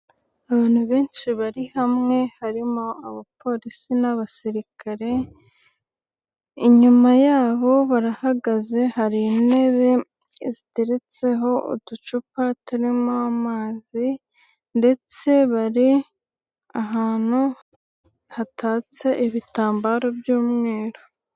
Abantu benshi bari hamwe, harimo abapolisi n'abasirikare, inyuma yabo barahagaze hari intebe ziteretseho uducupa turimo amazi ndetse bari ahantu hatatse ibitambaro by'umweru.